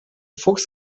fuchs